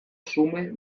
xume